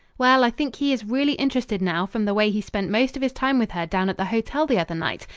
well, i think he is really interested now from the way he spent most of his time with her down at the hotel the other night,